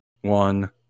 one